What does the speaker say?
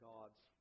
God's